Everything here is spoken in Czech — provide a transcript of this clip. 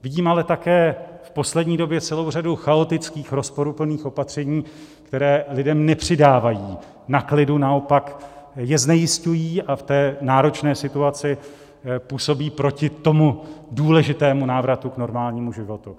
Vidím ale také v poslední době celou řadu chaotických rozporuplných opatření, která lidem nepřidávají na klidu, naopak je znejisťují a v té náročné situaci působí proti tomu důležitému návratu k normálnímu životu.